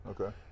okay